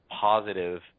positive